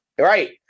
Right